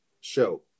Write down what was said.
show